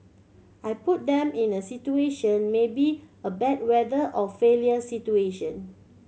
I put them in a situation maybe a bad weather or failure situation